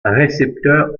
récepteurs